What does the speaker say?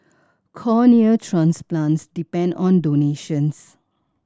cornea transplants depend on donations